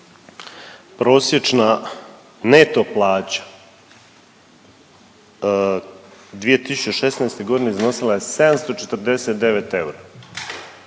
prosječna neto plaća 2016. godine iznosila je 749 eura.